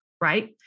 right